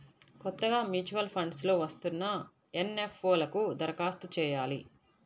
కొత్తగా mutual funds లో వస్తున్న ఎన్.ఎఫ్.ఓ లకు దరఖాస్తు చెయ్యాలి